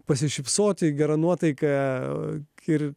pasišypsoti gera nuotaika ir